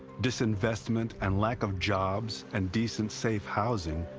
disinvestment and lack of jobs and decent, safe housing,